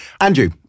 andrew